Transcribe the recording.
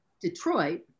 detroit